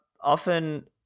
often